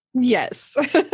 Yes